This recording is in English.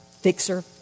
fixer